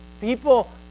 people